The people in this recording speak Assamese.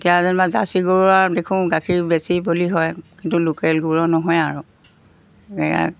এতিয়া যেনিবা জাৰ্চি গৰু আৰু দেখোঁ গাখীৰ বেছি বলি হয় কিন্তু লোকেল গৰুৰ নহয় আৰু